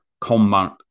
combat